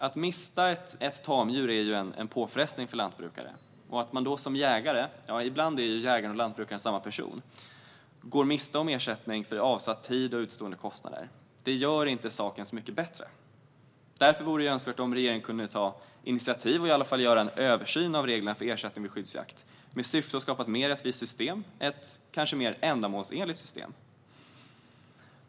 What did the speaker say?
Att mista ett tamdjur är en påfrestning för lantbrukare, och att då som jägare - ibland är ju jägaren och lantbrukaren samma person - gå miste om ersättning för avsatt tid och utestående kostnader gör inte saken särskilt mycket bättre. Därför vore det önskvärt att regeringen tog initiativ till att i alla fall göra en översyn av reglerna för ersättning vid skyddsjakt, i syfte att skapa ett mer rättvist och kanske mer ändamålsenligt system.